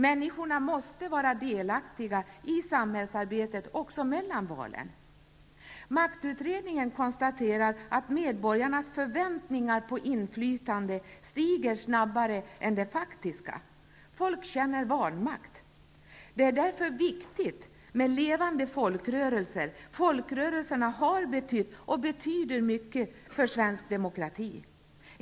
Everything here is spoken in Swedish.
Människorna måste vara delaktiga i samhällsarbetet också mellan valen. Maktutredningen konstaterar att medborgarnas förväntningar på inflytande stiger snabbare än det faktiska. Folk känner vanmakt. Det är därför viktigt med levande folkrörelser. Folkrörelserna har betytt och betyder mycket för svensk demokrati.